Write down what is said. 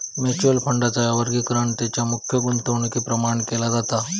mutual फंडांचा वर्गीकरण तेंच्या मुख्य गुंतवणुकीप्रमाण केला जाता